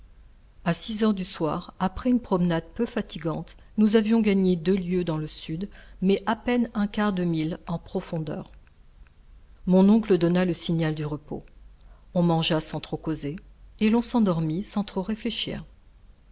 a six heures du soir après une promenade peu fatigante nous avions gagné deux lieues dans le sud mais à peine un quart de mille en profondeur mon oncle donna le signal du repos on mangea sans trop causer et l'on s'endormit sans trop réfléchir